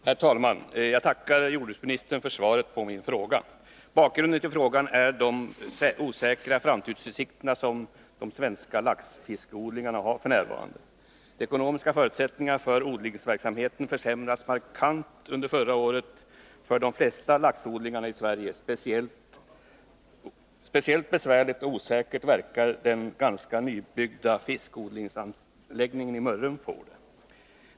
Herr talman! Jag tackar jordbruksministern för svaret på min fråga. Bakgrunden till frågan är de osäkra framtidsutsikter som de svenska laxfiskodlingarna har f. n. De ekonomiska förutsättningarna för odlingsverksamheten försämrades markant under förra året för de flesta laxodlingarna i Sverige. Speciellt besvärlig och osäker verkar situationen bli för den ganska nybyggda fiskodlingsanläggningen i Mörrum.